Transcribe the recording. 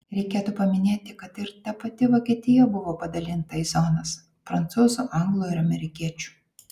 reikėtų paminėti kad ir ta pati vokietija buvo padalinta į zonas prancūzų anglų ir amerikiečių